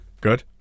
Good